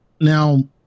Now